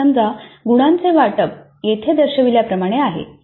तर समजा गुणांचे वाटप येथे दर्शविल्याप्रमाणे आहे